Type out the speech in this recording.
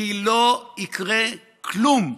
כי לא יקרה כלום.